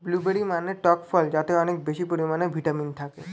blueberry মানে টক ফল যাতে অনেক বেশি পরিমাণে ভিটামিন থাকে